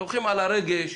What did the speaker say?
על הרגש